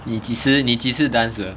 你几时你几时 dance 的